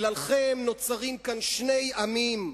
בגללכם נוצרים פה שני עמים.